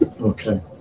okay